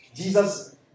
Jesus